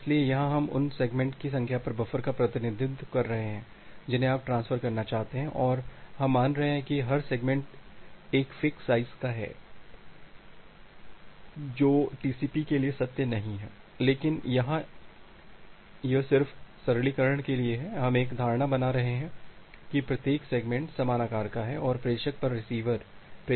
इसलिए यहां हम उन सेगमेंट की संख्या पर बफर का प्रतिनिधित्व कर रहे हैं जिन्हें आप ट्रांसफर करना चाहते हैं और हम मान रहे हैं कि हर सेगमेंट एक फिक्स साइज का है जो टीसीपी के लिए सत्य नहीं है लेकिन यहां यह सिर्फ सरलीकरण के लिए है हम एक धारणा बना रहे हैं की प्रत्येक सेगमेंट समान आकार का है और प्रेषक पर रिसीवर प्रेषक A है